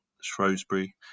Shrewsbury